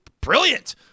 brilliant